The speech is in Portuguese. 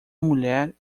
mulher